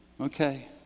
Okay